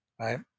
right